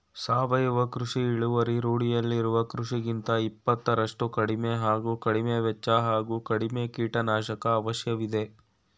ಸಾವಯವ ಕೃಷಿ ಇಳುವರಿ ರೂಢಿಯಲ್ಲಿರುವ ಕೃಷಿಗಿಂತ ಇಪ್ಪತ್ತರಷ್ಟು ಕಡಿಮೆ ಹಾಗೂ ಕಡಿಮೆವೆಚ್ಚ ಹಾಗೂ ಕಮ್ಮಿ ಕೀಟನಾಶಕ ಅವಶ್ಯವಿದೆ